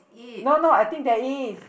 no no I think there is